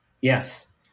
yes